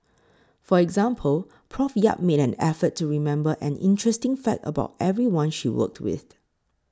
for example Prof Yap made an effort to remember an interesting fact about everyone she worked with